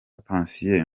patient